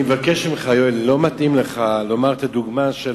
אני מבקש ממך: לא מתאים לך לומר את הדוגמה,